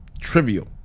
trivial